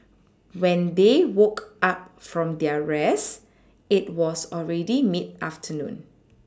when they woke up from their rest it was already mid afternoon